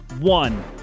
One